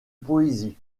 poésie